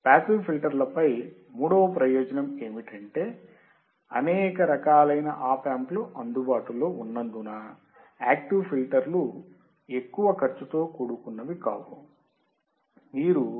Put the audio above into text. passive ఫిల్టర్ల పై మూడవ ప్రయోజనం ఏమిటంటే అనేక రకాలైన ఆప్ యాంప్ లు అందుబాటులో ఉన్నందున యాక్టివ్ ఫిల్టర్లు ఎక్కువ ఖర్చుతో కూడుకున్నవి కావు